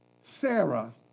Sarah